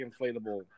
inflatable